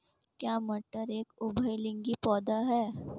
क्या मटर एक उभयलिंगी पौधा है?